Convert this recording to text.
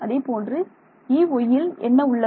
அதேபோன்று Ey யில் என்ன உள்ளது